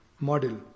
model